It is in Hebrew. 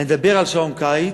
אני מדבר על שעון קיץ,